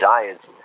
Giants